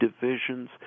divisions